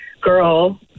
girl